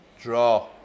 Draw